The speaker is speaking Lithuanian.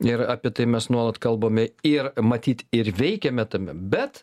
ir apie tai mes nuolat kalbame ir matyt ir veikiame tame bet